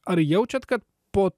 ar jaučiat kad po